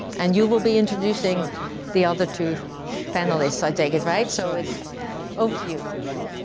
and you will be introducing the other two panelists, i take it, right? so it's over to you? you're ready?